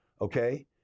okay